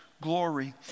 Glory